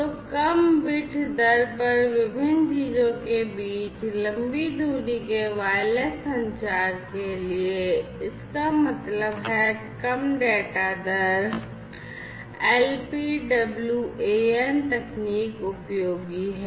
तो कम bit दर पर विभिन्न चीजों के बीच लंबी दूरी के वायरलेस संचार के लिए इसका मतलब है कम डेटा दर LPWAN तकनीक उपयोगी हैं